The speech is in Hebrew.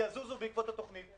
יזוזו בעקבות התוכנית.